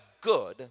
good